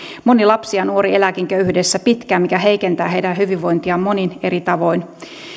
moni lapsi ja nuori elääkin köyhyydessä pitkään mikä heikentää heidän hyvinvointiaan monin eri tavoin